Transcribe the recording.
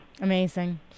Amazing